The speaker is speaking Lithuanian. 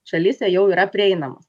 šalyse jau yra prieinamos